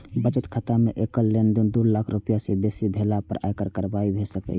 बचत खाता मे एकल लेनदेन दू लाख रुपैया सं बेसी भेला पर आयकर कार्रवाई भए सकैए